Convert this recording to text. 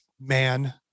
man